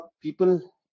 people